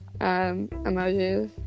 emojis